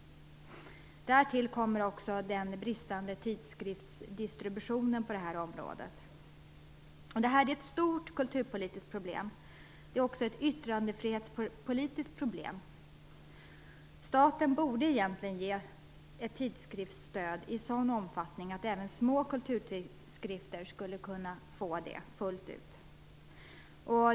Därtill kommer också den bristande tidskriftsdistributionen på det här området. Det här är ett stort kulturpolitiskt problem. Det är också ett yttrandefrihetspolitiskt problem. Staten borde egentligen ge tidskriftsstöd i en sådan omfattning att även små kulturtidskrifter fullt ut skulle kunna få det.